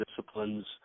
disciplines